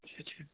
अच्छा अच्चा